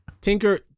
Tinker